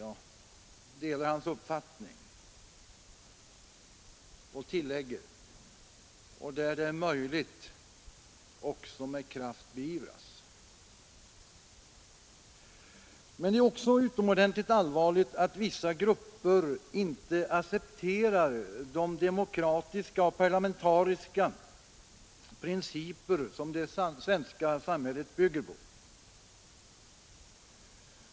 Jag delar hans uppfattning och tillägger: Och, där det är möjligt, också med kraft beivras. Men det är också accepterar de demokratiska och parlamentariska principer som det utomordentligt allvarligt att vissa grupper inte svenska samhället bygger på.